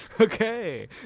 Okay